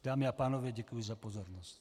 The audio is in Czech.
Dámy a pánové, děkuji za pozornost.